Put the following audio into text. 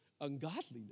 ungodliness